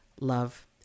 Love